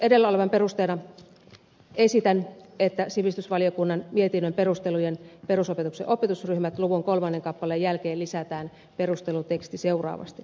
edellä olevan perusteella esitän että sivistysvaliokunnan mietinnön perustelujen perusopetuksen opetusryhmät luvun kolmannen kappaleen jälkeen lisätään perusteluteksti seuraavasti